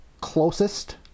closest